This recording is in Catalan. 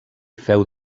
féu